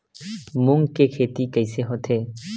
मूंग के खेती कइसे होथे?